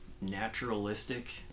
naturalistic